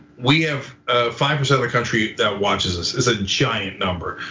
we have five percent of the country that watches this, it's a giant number.